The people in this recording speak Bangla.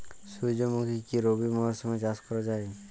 সুর্যমুখী কি রবি মরশুমে চাষ করা যায়?